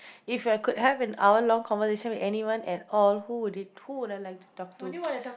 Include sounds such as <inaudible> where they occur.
if you've could have an hour long conversation with anyone at all who would it who would I like to talk to <noise>